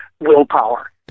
willpower